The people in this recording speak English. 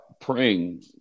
praying